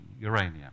uranium